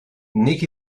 nik